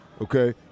okay